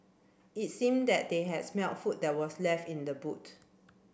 it seemed that they had smelt food that was left in the boot